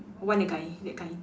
want a guy that kind